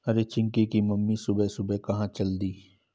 अरे चिंकी की मम्मी सुबह सुबह कहां चल दी?